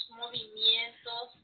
movimientos